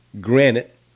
granite